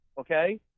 okay